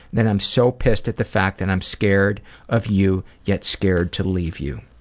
that i'm so pissed at the fact that i'm scared of you yet scared to leave you.